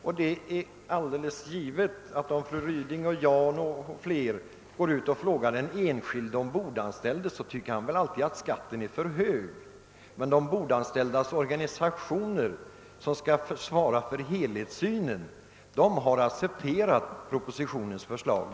Det är alldeles givet att om fru Ryding och jag och flera går ut och frågar den enskilde ombordanställde, så tycker han alltid, att skatten är för hög. Men de ombordanställdas = organisationer, som skall svara för helhetssynen, har utan erinran accepterat propositionens förslag.